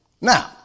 Now